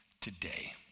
today